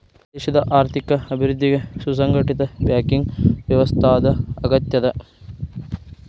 ದೇಶದ್ ಆರ್ಥಿಕ ಅಭಿವೃದ್ಧಿಗೆ ಸುಸಂಘಟಿತ ಬ್ಯಾಂಕಿಂಗ್ ವ್ಯವಸ್ಥಾದ್ ಅಗತ್ಯದ